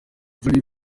jolly